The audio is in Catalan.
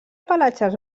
pelatges